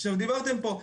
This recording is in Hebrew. עכשיו דיברתם פה,